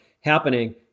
happening